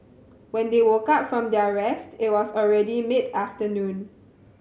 when they woke up from their rest it was already mid afternoon